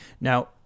Now